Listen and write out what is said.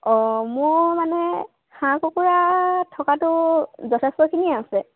অঁ মোৰ মানে হাঁহ কুকুৰা থকাটো যথেষ্টখিনিয়ে আছে